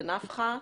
ל"נפחא"